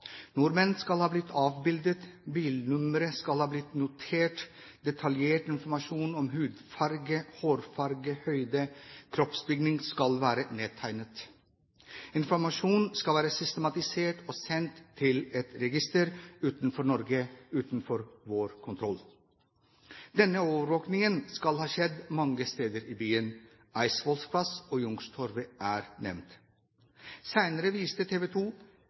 Nordmenn skal ha blitt avbildet, bilnumre skal ha blitt notert, detaljert informasjon om hudfarge, hårfarge, høyde og kroppsbygning skal være nedtegnet. Informasjonen skal være systematisert og sendt til et register utenfor Norge – utenfor vår kontroll. Denne overvåkingen skal ha skjedd mange steder i byen. Eidsvolls plass og Youngstorget er nevnt. Senere viste